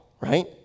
right